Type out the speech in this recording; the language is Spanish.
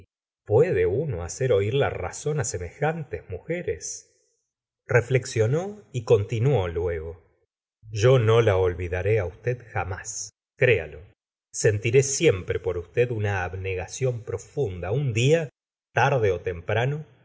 uno hacer oir la razón a semejantes mujeres reflexionó y continuó luego cyo no la olvidaré á usted jamás créalo sentiré siempre por usted una abnegación profunda un gustavo flaubept día tarde ó temprano